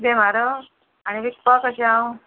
इतलें मारोग आनी विकपा कशें हांव